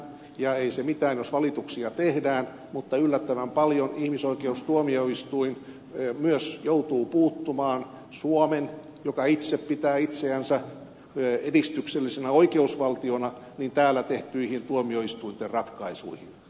ja ei se mitään jos valituksia tehdään mutta yllättävän paljon ihmisoikeustuomioistuin myös joutuu puuttumaan suomen joka itse pitää itseänsä edistyksellisenä oikeusvaltiona tuomioistuinten tekemiin ratkaisuihin